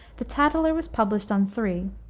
the tatler was published on three,